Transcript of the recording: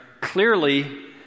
clearly